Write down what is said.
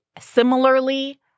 similarly